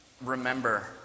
remember